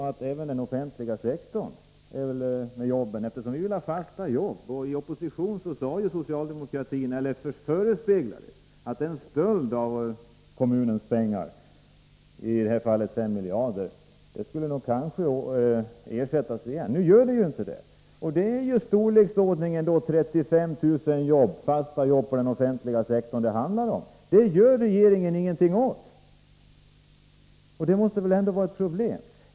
Vi vill ha fasta jobb, även inom den offentliga sektorn. I opposition förespeglade socialdemokratin oss att stölden av kommunernas pengar — i detta fall 5 miljarder — kanske skulle ersättas. Nu görs inte det. Det är i storleksordningen 35 000 fasta jobb inom den offentliga sektorn som det handlar om. Det gör regeringen ingenting åt. Detta måste väl ändå vara ett problem.